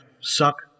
suck